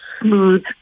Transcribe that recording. smooth